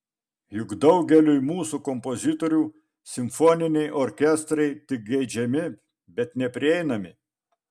juk daugeliui mūsų kompozitorių simfoniniai orkestrai tik geidžiami bet neprieinami